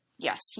Yes